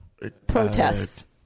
protests